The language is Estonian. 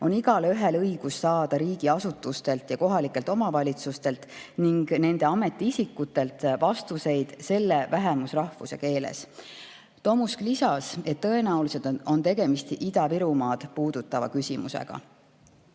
on igaühel õigus saada riigiasutustelt ja kohalikelt omavalitsustelt ning nende ametiisikutelt vastuseid selle vähemusrahvuse keeles. Tomusk lisas, et tõenäoliselt on tegemist Ida-Virumaad puudutava küsimusega.